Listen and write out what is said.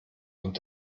und